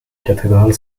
cathédrale